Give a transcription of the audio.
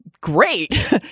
great